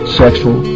sexual